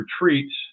retreats